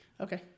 Okay